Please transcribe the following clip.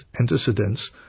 antecedents